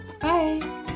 Bye